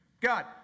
God